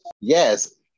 Yes